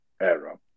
era